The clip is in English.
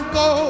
go